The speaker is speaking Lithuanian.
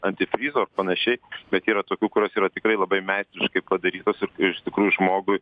antifrizo ar panašiai bet yra tokių kurios yra tikrai labai meistriškai padarytos ir ir iš tikrųjų žmogui